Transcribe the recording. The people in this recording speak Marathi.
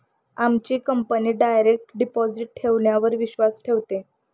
आमची कंपनी डायरेक्ट डिपॉजिट ठेवण्यावर विश्वास ठेवते